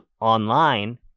online